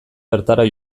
bertara